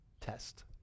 Test